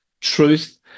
truth